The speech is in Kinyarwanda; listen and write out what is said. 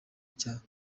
cya